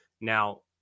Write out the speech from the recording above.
Now